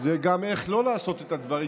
זה גם איך לא לעשות את הדברים,